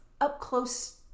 up-close